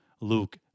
Luke